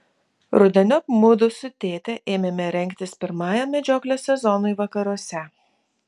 rudeniop mudu su tėte ėmėme rengtis pirmajam medžioklės sezonui vakaruose